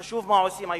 חשוב מה עושים היהודים.